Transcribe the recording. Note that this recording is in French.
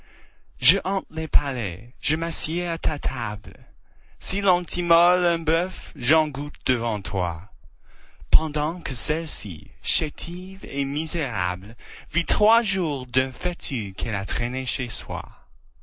hante les palais je m'assieds à ta table si l'on t'immole un bœuf j'en goûte devant toi pendant que celle-ci chétive et misérable vit trois jours d'un fétu qu'elle a traîné chez soi